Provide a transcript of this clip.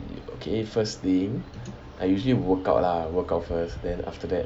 okay first thing I usually work out lah work out first then after that